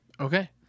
Okay